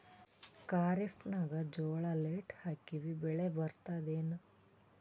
ಖರೀಫ್ ನಾಗ ಜೋಳ ಲೇಟ್ ಹಾಕಿವ ಬೆಳೆ ಬರತದ ಏನು?